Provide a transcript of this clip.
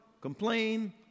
complain